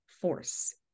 force